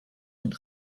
een